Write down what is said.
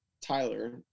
Tyler